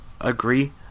agree